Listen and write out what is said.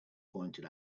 pointed